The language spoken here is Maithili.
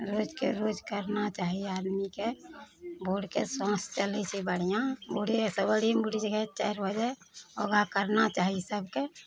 रोजके रोज करना चाही आदमीके भोरके साँस चलै छै बढ़िआँ भोरे सोरेमे चारि बजे योगा करना चाही सबके